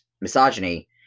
misogyny